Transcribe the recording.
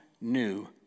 new